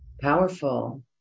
powerful